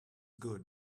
good